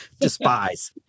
Despise